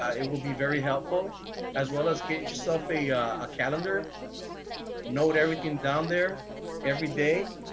it will be very helpful as well as get yourself a ah calendar note everything down there every day.